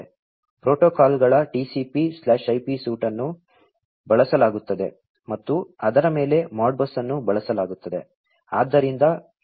ಪ್ರೋಟೋಕಾಲ್ಗಳ TCPIP suite ಅನ್ನು ಬಳಸಲಾಗುತ್ತದೆ ಮತ್ತು ಅದರ ಮೇಲೆ Modbus ಅನ್ನು ಬಳಸಲಾಗುತ್ತದೆ